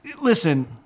listen